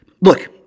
look